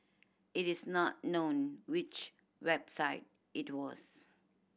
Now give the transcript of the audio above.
it is not known which website it was